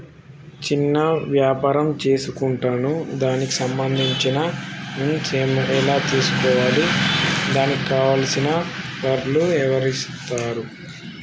చిన్న వ్యాపారం చేసుకుంటాను దానికి సంబంధించిన లోన్స్ ఎలా తెలుసుకోవాలి దానికి కావాల్సిన పేపర్లు ఎవరిస్తారు?